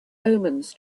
omens